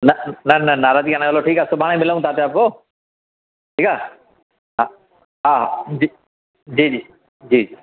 न न नाराजगी कान्हे हलो ठीकु आहे सुभाणे मिलूं था पिया पोइ ठीकु आहे हा हा जी जी जी जी